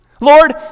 Lord